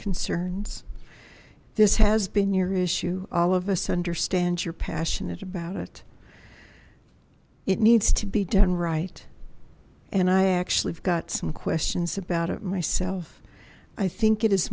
concerns this has been your issue all of us understands you're passionate about it it needs to be done right and i actually have got some questions about it myself i think it